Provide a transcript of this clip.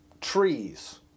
trees